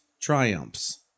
triumphs